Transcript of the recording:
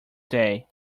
day